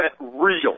real